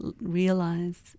realize